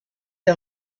des